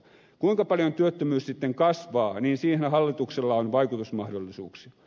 kuinka paljon työttömyys sitten kasvaa siihen hallituksella on vaikutusmahdollisuuksia